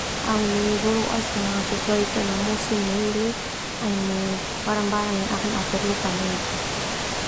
Au ini boloas yang au sesuaikan no musim nai eli, au ini barang barang yang au perlukan nai eli.